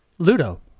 Ludo